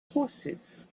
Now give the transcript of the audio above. horses